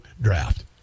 draft